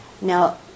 Now